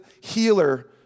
healer